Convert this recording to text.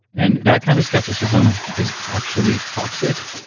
and that kind of skepticism is actually toxic.